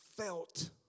felt